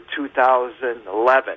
2011